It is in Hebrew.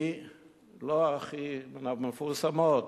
שהיא לא הכי, מהמפורסמות.